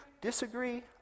disagree